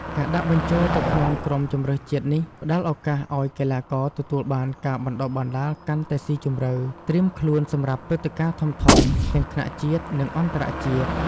ការដាក់បញ្ចូលទៅក្នុងក្រុមជម្រើសជាតិនេះផ្ដល់ឱកាសឲ្យកីឡាករទទួលបានការបណ្តុះបណ្តាលកាន់តែស៊ីជម្រៅ ត្រៀមខ្លួនសម្រាប់ព្រឹត្តិការណ៍ធំៗទាំងថ្នាក់ជាតិ និងអន្តរជាតិ។